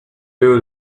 you